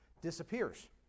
disappears